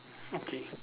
okay